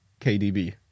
KDB